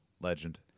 Legend